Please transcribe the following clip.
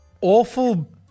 awful